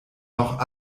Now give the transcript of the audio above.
noch